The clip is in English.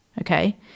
okay